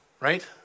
Right